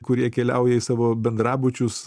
kurie keliauja į savo bendrabučius